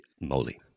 moly